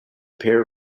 pair